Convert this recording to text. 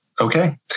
Okay